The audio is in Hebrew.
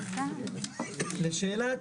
לשאלת